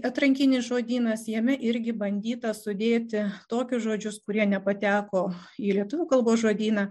atrankinis žodynas jame irgi bandyta sudėti tokius žodžius kurie nepateko į lietuvių kalbos žodyną